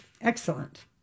Excellent